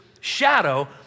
shadow